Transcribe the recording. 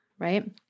Right